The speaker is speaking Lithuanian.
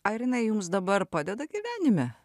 ar jinai jums dabar padeda gyvenime